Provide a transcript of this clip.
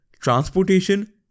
transportation